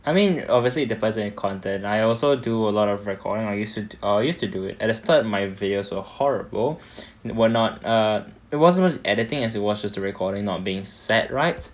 I mean obviously the person and content I also do a lot of recording I used to I used to do it at the start my videos were horrible were not err it wasn't editing as it was just the recording not being set right